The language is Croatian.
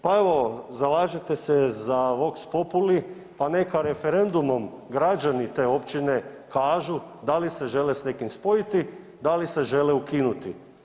Pa evo zalažete se za vox populi pa neka referendumom građani te općine kažu da li se žele s nekim spojiti, da li se žele ukinuti.